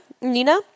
Nina